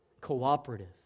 cooperative